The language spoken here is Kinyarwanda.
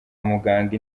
muganga